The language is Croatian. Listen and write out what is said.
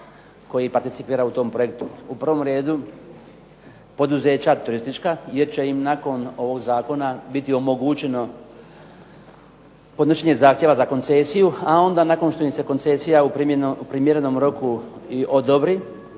koji participiraju u tom projektu. U prvom redu poduzeća turistička jer će im nakon ovog zakona biti omogućeno podnošenja zahtjeva za koncesiju, a onda nakon što im se koncesija u primjerenom roku i odobri